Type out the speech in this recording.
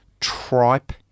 tripe